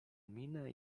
minę